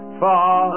far